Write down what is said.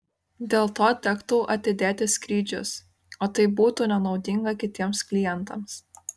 dėl to tektų atidėti skrydžius o tai būtų nenaudinga kitiems klientams